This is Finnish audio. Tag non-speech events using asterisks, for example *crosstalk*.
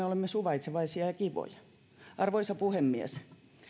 *unintelligible* olemme suvaitsevaisia ja kivoja arvoisa puhemies